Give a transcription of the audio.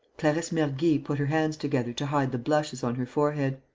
clarisse mergy put her hands together to hide the blushes on her forehead.